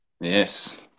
Yes